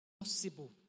Possible